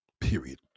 period